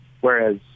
Whereas